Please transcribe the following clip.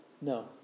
No